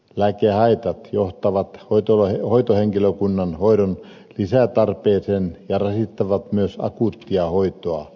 lääkehaitat johtavat hoitohenkilökunnan ja hoidon lisätarpeeseen ja rasittavat myös akuuttia hoitoa